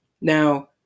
Now